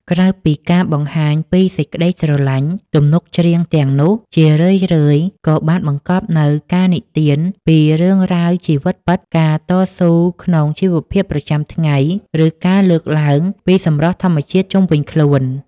ក្រៅពីការបង្ហាញពីសេចក្តីស្រឡាញ់ ទំនុកច្រៀងទាំងនោះជារឿយៗក៏មានបង្កប់នូវការនិទានពីរឿងរ៉ាវជីវិតពិត ការតស៊ូក្នុងជីវភាពប្រចាំថ្ងៃ ឬការលើកឡើងពីសម្រស់ធម្មជាតិជុំវិញខ្លួន